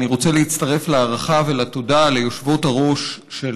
אני רוצה להצטרף להערכה ולתודה ליושבות-ראש של